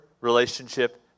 relationship